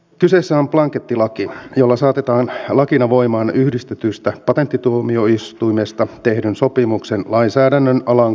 kyseessä on blankettilaki jolla saatetaan lakina voimaan yhdistetystä patenttituomioistuimesta tehdyn sopimuksen lainsäädännön alaan kuuluvat määräykset